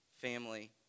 family